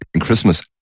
Christmas